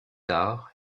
tard